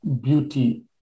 beauty